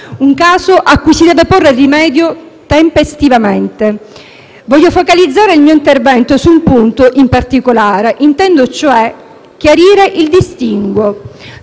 Un caso a cui si deve porre rimedio tempestivamente. Voglio focalizzare il mio intervento su un punto in particolare. Intendo cioè chiarire il distinguo